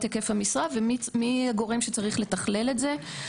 היקף המשרה ומי הגורם שצריך לתכלל את זה.